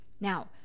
Now